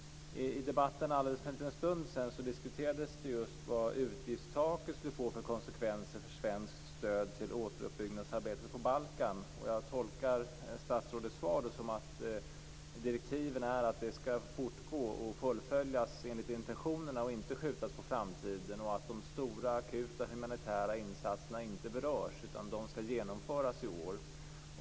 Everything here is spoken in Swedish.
I debatten för en liten stund sedan diskuterades just vad utgiftstaket skulle få för konsekvenser för svenskt stöd till återuppbyggnadsarbetet på Balkan. Jag tolkar statsrådets svar så att direktiven är att det skall fortgå och fullföljas enligt intentionerna och inte skjutas på framtiden och att de stora akuta humanitära insatserna inte berörs utan skall genomföras i år.